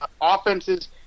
offenses